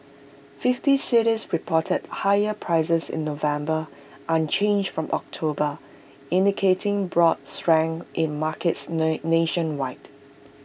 fifty cities reported higher prices in November unchanged from October indicating broad strength in markets lay nationwide